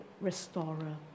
restorer